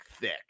thick